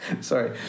Sorry